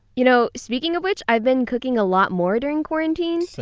you know speaking of which, i've been cooking a lot more during quarantine, same!